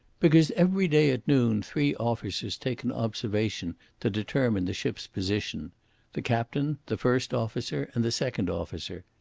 because every day at noon three officers take an observation to determine the ship's position the captain, the first officer, and the second officer.